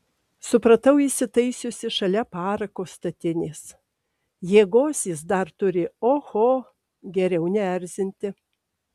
supratau įsitaisiusi šalia parako statinės jėgos jis dar turi oho geriau neerzinti